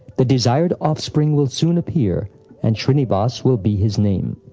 the desired offspring will soon appear and shrinivas will be his name.